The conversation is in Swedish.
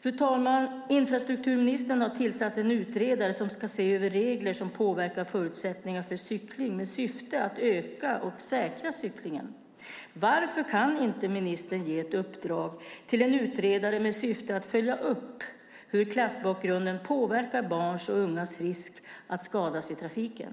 Fru talman! Infrastrukturministern har tillsatt en utredare som ska se över regler som påverkar förutsättningarna för cykling i syfte att öka och säkra cyklingen. Varför kan inte ministern ge ett uppdrag till en utredare med syfte att följa upp hur klassbakgrunden påverkar barns och ungas risk att skadas i trafiken?